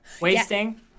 wasting